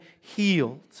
healed